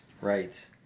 Right